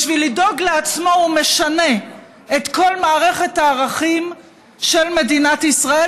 בשביל לדאוג לעצמו הוא משנה את כל מערכת הערכים של מדינת ישראל,